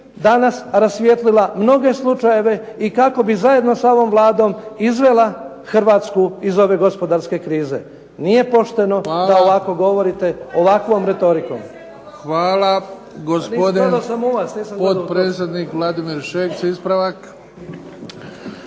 danas rasvijetlila mnoge slučajeve i kako bi zajedno sa ovom Vladom izvela Hrvatsku iz ove gospodarske krize. Nije pošteno da ovako govorite, ovakvom retorikom. **Bebić, Luka (HDZ)** Hvala. Gospodin potpredsjednik Vladimir Šeks, ispravak.